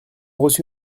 reçu